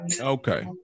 Okay